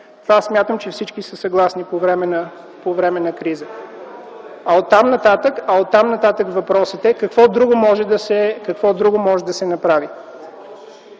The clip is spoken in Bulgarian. Аз смятам, че всички са съгласни с това по време на криза. Оттам нататък въпросът е какво друго може да се направи.